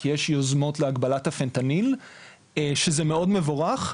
כי יש יוזמות להגבלת הפנטניל שזה מאוד מבורך,